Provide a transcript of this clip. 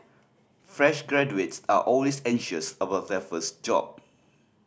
fresh graduates are always anxious about their first job